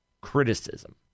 criticism